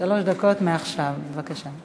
שלוש דקות מעכשיו, בבקשה.